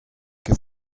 ket